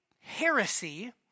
heresy